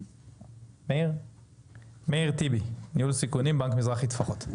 מאיר טיבי, ניהול סיכונים, בנק מזרחי טפחות.